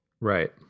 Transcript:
right